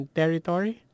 territory